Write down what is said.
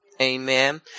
Amen